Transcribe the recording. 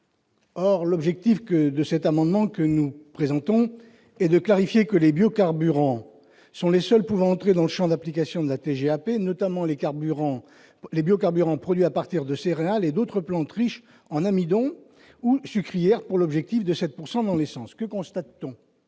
Or l'objectif que de cet amendement que nous présentons est de clarifier que les biocarburants sont les seuls pouvant entrer dans le Champ d'application de la TGAP, notamment les carburants, les biocarburants produits à partir de céréales et d'autres plantes riches en amidon ou sucrière pour l'objectif de 7 pourcent dans les essence, que constate-t-on,